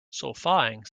solfaing